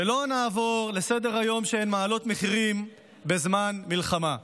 ולא נעבור לסדר-היום כשהן מעלות מחירים בזמן מלחמה.